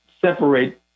separate